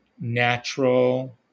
natural